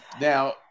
now